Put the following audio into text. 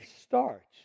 starts